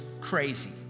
crazy